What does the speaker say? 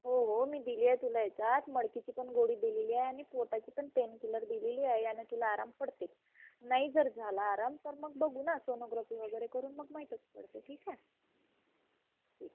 हो हो मी दिली आहे तुला याच्यात मळकीची पण गोळी दिलेली आहे आणि पोटाची पण पेन किलर दिलेली आहे यानं तुला आराम पडते नाही जर झाला आराम तर मग बघू ना सोनोग्रोपी वगैरे करून मग माहीतच पडते ठीक आहे ठीक आहे